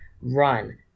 run